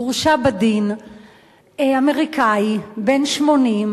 הורשע בדין אמריקני בן 80,